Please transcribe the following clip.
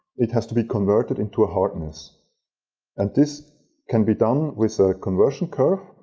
it has to be converted into a hardness and this can be done with a conversion curve.